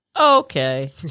okay